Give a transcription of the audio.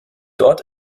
dort